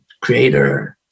creator